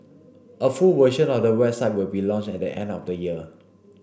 a full version of the website will be launched at the end of the year